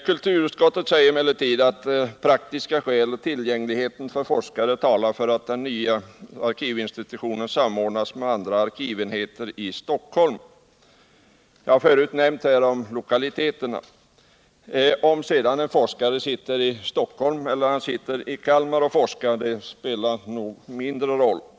Kulturutskottet säger emellertid att praktiska skäl såsom tillgängligheten för forskare talar för att den nya arkivinstitutionen samordnas med andra arkivverksamheter i Stockholm. Jag har förut nämnt om lokaliteterna. Men om en forskare sitter i Stockholm eller i Kalmar och gör sitt arbete spelar väl inte någon större roll.